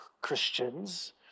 Christians